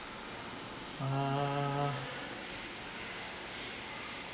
uh